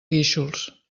guíxols